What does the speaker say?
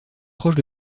proche